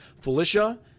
Felicia